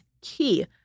key